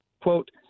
quote